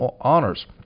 honors